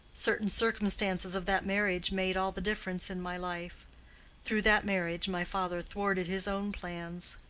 certain circumstances of that marriage made all the difference in my life through that marriage my father thwarted his own plans.